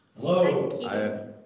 Hello